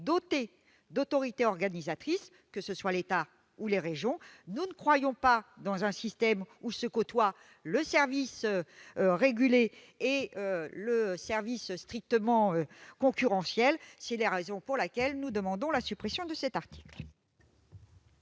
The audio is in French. dotés d'autorités organisatrices, que ce soit l'État ou les régions. Nous ne croyons pas en un système où se côtoient un service régulé et un service strictement concurrentiel. C'est pourquoi nous demandons la suppression de cet article.